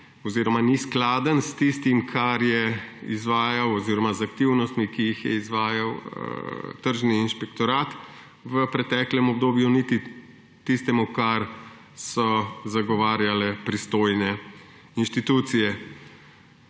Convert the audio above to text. oziroma ni skladen s tistim, kar je izvajal oziroma z aktivnostmi, ki jih je izvajal Tržni inšpektorat v preteklem obdobju, niti s tistim, kar so zagovarjale pristojne inštitucije.